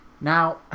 now